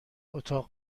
اتاق